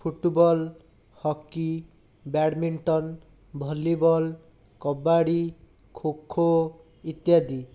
football hockey badminton volleyball kabaddi kho kho ଇତ୍ୟାଦି